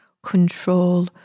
control